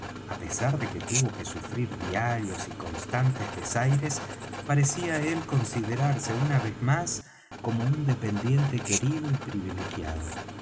á pesar de que tuvo que sufrir diarios y constantes desaires parecía él considerarse una vez más como un dependiente querido y privilegiado